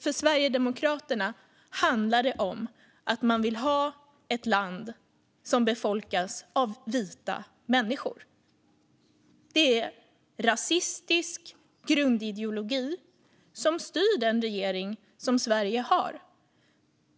För Sverigedemokraterna handlar det om att de vill ha ett land som befolkas av vita människor. Det är en rasistisk grundideologi som styr den regering som Sverige har.